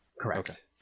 Correct